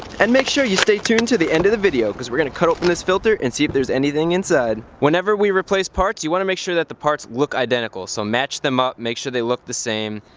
and make sure you stay tuned to the end of the video because we're going to cut open this filter and see if there's anything inside. whenever we replace parts you want to make sure that the parts look identical so match them up, make sure they look the same.